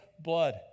blood